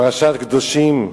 פרשת קדושים,